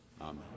Amen